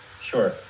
Sure